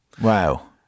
Wow